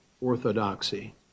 orthodoxy